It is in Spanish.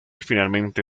finalmente